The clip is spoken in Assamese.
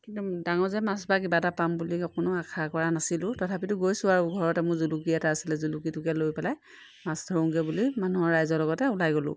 কিন্তু ডাঙৰ যে মাছ বা কিবা এটা পাম বুলি অকণো আশা কৰা নাছিলোঁ তথাপিতো গৈছোঁ আৰু ঘৰতে মোৰ জুলুকি এটা আছিলে জুলুকিটোকে লৈ পেলাই মাছ ধৰোঁগৈ বুলি মানুহৰ ৰাইজৰ লগতে ওলাই গ'লোঁ